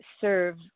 serve